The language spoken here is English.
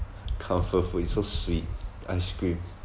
comfort food is so sweet ice cream